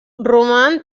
roman